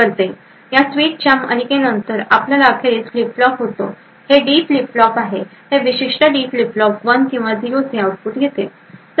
अशा स्विचच्या मालिकांनंतर आपल्याकडे अखेरीस फ्लिप फ्लॉप होते हे डी फ्लिप फ्लॉप आहे हे विशिष्ट डी फ्लिप फ्लॉप 1 किंवा 0 चे आउटपुट देते